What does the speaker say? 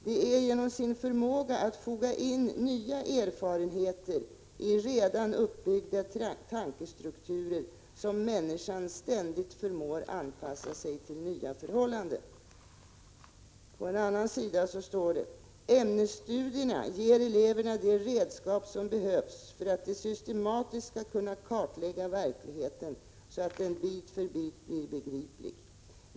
Det är genom sin förmåga att foga in nya erfarenheter i redan uppbyggda tankestrukturer som människan ständigt förmår anpassa sig till nya förhållanden.” På en annan sida står det att ”ämnesstudierna ger eleverna de redskap som behövs för att de systematiskt skall kunna kartlägga verkligheten så att den bit för bit blir begriplig.